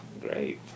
Great